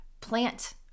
plant